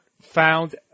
found